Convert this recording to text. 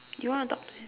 you want to talk to him